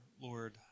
Lord